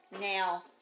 Now